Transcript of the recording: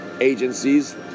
agencies